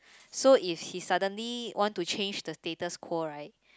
so is he suddenly want to change the status quo right